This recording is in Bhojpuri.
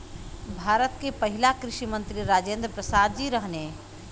भारत के पहिला कृषि मंत्री राजेंद्र प्रसाद जी रहने